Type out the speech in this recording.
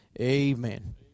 amen